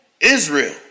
Israel